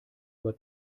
aber